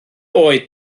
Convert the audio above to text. oed